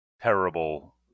terrible